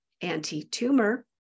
anti-tumor